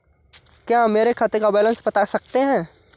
क्या आप मेरे खाते का बैलेंस बता सकते हैं?